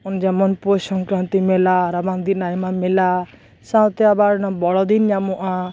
ᱡᱮᱢᱚᱱ ᱯᱳᱥ ᱥᱚᱝᱠᱨᱟᱱᱛᱤ ᱢᱮᱞᱟ ᱨᱟᱵᱟᱝ ᱫᱤᱱ ᱟᱭᱢᱟ ᱢᱮᱞᱟ ᱥᱟᱶᱛᱮ ᱟᱵᱟᱨ ᱵᱚᱲᱚ ᱫᱤᱱ ᱧᱟᱢᱚᱜᱼᱟ